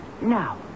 Now